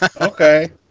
Okay